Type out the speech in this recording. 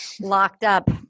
locked-up